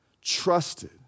trusted